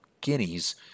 guineas